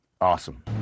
Awesome